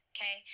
Okay